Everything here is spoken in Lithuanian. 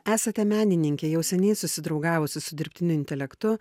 esate menininkė jau seniai susidraugavusi su dirbtiniu intelektu